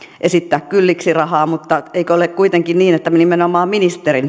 esittää kylliksi rahaa mutta eikö ole kuitenkin niin että nimenomaan ministerin